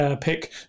pick